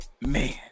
Man